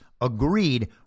agreed